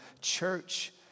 church